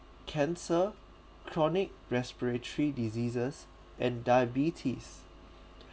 cancer chronic respiratory diseases and diabetes